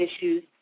issues